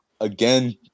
again